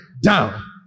down